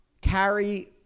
carry